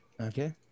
Okay